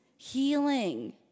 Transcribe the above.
Healing